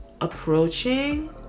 approaching